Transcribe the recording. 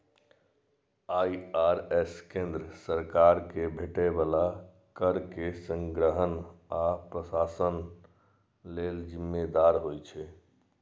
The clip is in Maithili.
आई.आर.एस केंद्र सरकार कें भेटै बला कर के संग्रहण आ प्रशासन लेल जिम्मेदार होइ छै